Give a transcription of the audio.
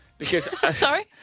Sorry